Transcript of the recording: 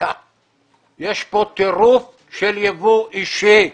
יש כאן טירוף של יבוא אישי.